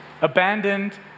abandoned